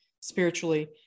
spiritually